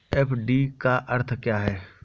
FD का अर्थ क्या है?